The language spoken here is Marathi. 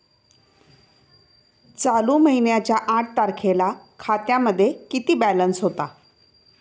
चालू महिन्याच्या आठ तारखेला खात्यामध्ये किती बॅलन्स होता?